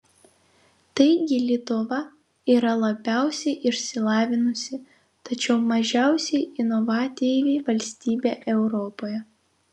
taigi lietuva yra labiausiai išsilavinusi tačiau mažiausiai inovatyvi valstybė europoje